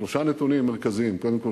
שלושה נתונים מרכזיים: קודם כול,